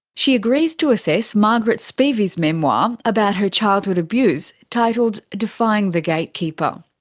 she agrees to assess margaret spivey's memoir about her childhood abuse, titled defying the gatekeeper.